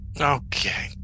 Okay